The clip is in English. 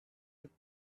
you